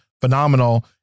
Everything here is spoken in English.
phenomenal